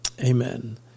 Amen